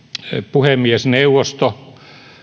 puhemiesneuvosto